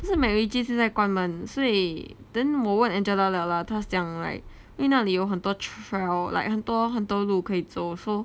就是 macritchie 现在关门所以 then 我问 angela liao lah 他想 right 因为那里有很多 trail like 很多很多路可以走 so